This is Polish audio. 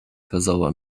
kazała